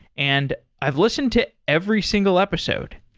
and i've listened to every single episode.